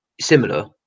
Similar